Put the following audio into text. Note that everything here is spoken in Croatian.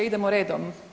Idemo redom.